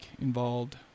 involved